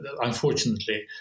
unfortunately